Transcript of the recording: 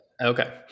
Okay